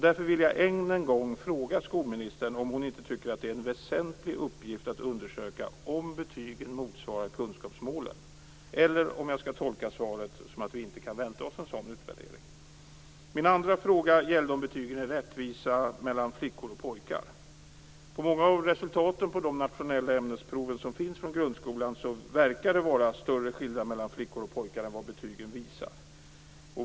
Därför vill jag än en gång fråga skolministern om hon inte tycker att det är en väsentlig uppgift att undersöka om betygen motsvarar kunskapsmålen eller om jag skall tolka svaret som att vi inte kan vänta oss en sådan utvärdering. Min andra fråga gällde om betygen är rättvisa mellan flickor och pojkar. Att döma av resultaten på många av de nationella ämnesprov som finns från grundskolan verkar det vara större skillnad mellan flickor och pojkar än vad betygen visar.